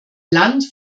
land